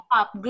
up